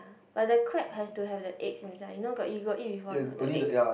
but the crab has to have the eggs inside you know you got eat before or not the eggs